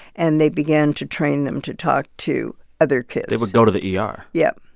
and they began to train them to talk to other kids they would go to the yeah ah er yep.